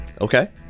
Okay